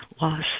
loss